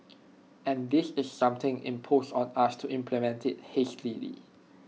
and this is something imposed on us to implement IT hastily